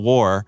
War